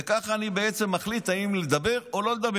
וככה אני בעצם מחליט אם לדבר או לא לדבר.